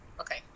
Okay